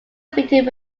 fitted